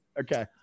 Okay